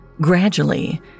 Gradually